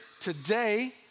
today